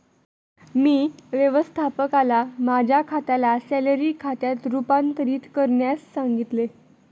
मी व्यवस्थापकाला माझ्या खात्याला सॅलरी खात्यात रूपांतरित करण्यास सांगितले